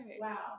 Wow